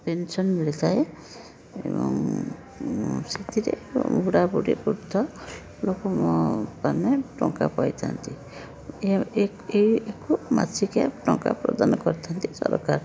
pension ମିଳିଥାଏ ସେଥିରେ ବୁଢ଼ା ବୁଢ଼ୀ ଉପକୃତ ଲୋକମାନେ ଟଙ୍କା ପାଇଥାଆନ୍ତି ଏକୁ ମାସିକିଆ ଟଙ୍କା ପ୍ରଦାନ କରିଥାନ୍ତି ସରକାର